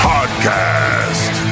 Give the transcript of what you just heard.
Podcast